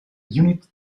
unit